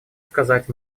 сказать